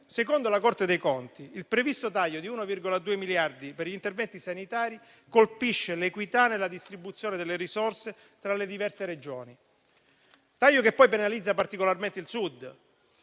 Secondo la Corte dei conti, il previsto taglio di 1,2 miliardi per gli interventi sanitari colpisce l'equità nella distribuzione delle risorse tra le diverse Regioni. Tale taglio poi penalizza particolarmente il Sud,